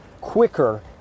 quicker